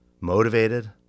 motivated